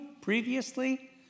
previously